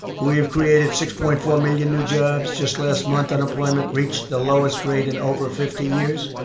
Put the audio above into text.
we've created six point four million new jobs. just last month, unemployment reached the lowest rate in over fifty years.